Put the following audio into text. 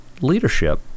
leadership